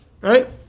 right